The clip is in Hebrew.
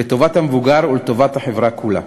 לטובת המבוגר ולטובת החברה כולה.